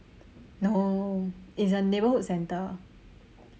no it's a neighbourhood centre